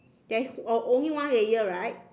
there's uh only one layer right